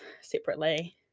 separately